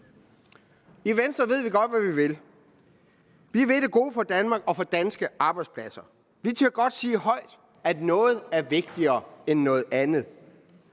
I Venstre ved vi godt, hvad vi vil. Vi vil det gode for Danmark og for danske arbejdspladser. Vi tør godt sige højt, at noget er vigtigere end noget andet.